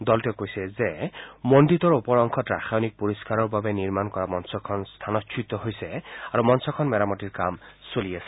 দলটোৱে কৈছে যে মন্দিৰটোৰ ওপৰ অংশত ৰাসায়নিক পৰিস্কাৰৰ বাবে নিৰ্মাণ কৰা মঞ্চখন স্থানচ্যুত হৈছে আৰু মঞ্চখন মেৰামতিৰ কাম চলি আছে